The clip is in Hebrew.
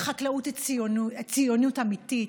וחקלאות היא ציונות אמיתית